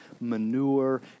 manure